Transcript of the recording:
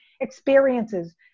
experiences